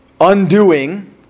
undoing